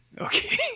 okay